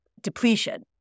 depletion